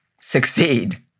succeed